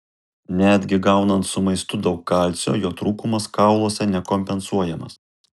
netgi gaunant su maistu daug kalcio jo trūkumas kauluose nekompensuojamas